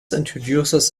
introduces